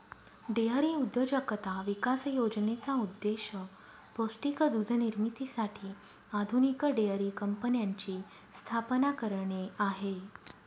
dairy उद्योजकता विकास योजनेचा उद्देश पौष्टिक दूध निर्मितीसाठी आधुनिक डेअरी कंपन्यांची स्थापना करणे आहे